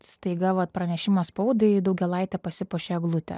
staiga va pranešimas spaudai daugėlaitė pasipuošė eglutę